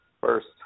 first